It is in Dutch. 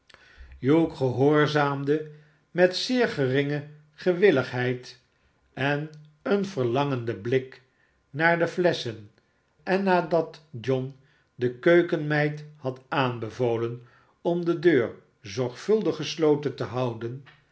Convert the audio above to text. hugh gehoorzaamde met zeer geringe gewilligheid en eenverlangenden blik naar de flesschen en nadat john de keukenmeid had aanbevolen om de deur zorgvuldig gesloten te houden